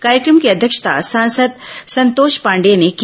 कार्यक्रम की अध्यक्षता सांसद संतोष पांडेय ने की